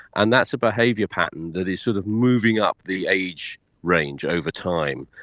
and that's a behaviour pattern that is sort of moving up the age range over time.